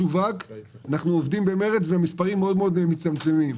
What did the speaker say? עובדים במרץ והדברים מאוד מצטמצמים.